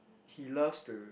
he loves to